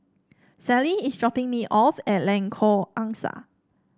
Celie is dropping me off at Lengkok Angsa